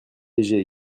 léger